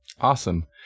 Awesome